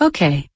Okay